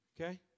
Okay